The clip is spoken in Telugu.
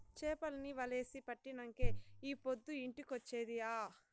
చేపల్ని వలేసి పట్టినంకే ఈ పొద్దు ఇంటికొచ్చేది ఆ